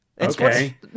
Okay